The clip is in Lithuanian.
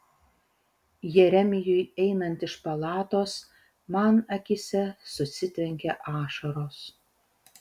jeremijui einant iš palatos man akyse susitvenkė ašaros